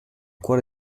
cuore